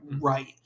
right